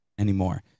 Anymore